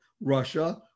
Russia